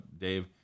Dave